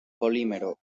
polímero